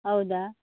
ಹೌದಾ